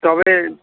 তবে